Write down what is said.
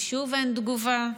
ושוב אין תגובה.